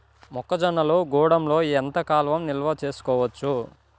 మొక్క జొన్నలు గూడంలో ఎంత కాలం నిల్వ చేసుకోవచ్చు?